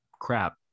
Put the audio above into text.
crap